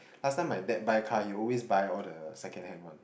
last time my dad buy car he always buy all the second hand one